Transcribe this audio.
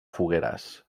fogueres